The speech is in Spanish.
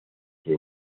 que